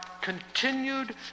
continued